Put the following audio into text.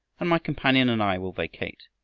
and my companion and i will vacate.